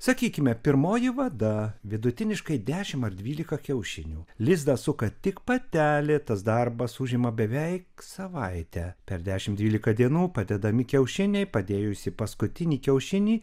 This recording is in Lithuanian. sakykime pirmoji vada vidutiniškai dešimt ar dvylika kiaušinių lizdą suka tik patelė tas darbas užima beveik savaitę per dešimt dvylika dienų padedami kiaušiniai padėjusi paskutinį kiaušinį